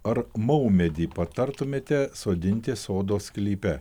ar maumedį patartumėte sodinti sodo sklype